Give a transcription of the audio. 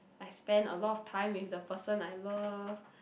I spend a lot of time with the person I love